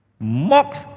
Mocks